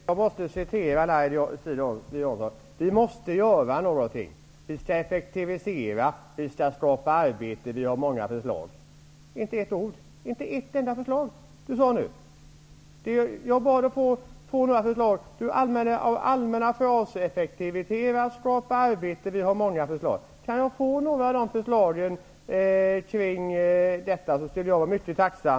Fru talman! Jag måste citera Laila Strid-Jansson. Hon säger: Vi måste göra något, vi skall effektivisera, vi skall skapa arbete och vi har många förslag. Men hon nämner inte ett enda förslag. Jag bad att få några förslag, men hon använder sig av allmänna fraser som ''effektivisera'', ''skapa arbete'' och ''vi har många förslag''. Kan jag få några av de förslagen så skulle jag vara mycket tacksam.